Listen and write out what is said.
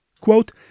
Quote